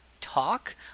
talk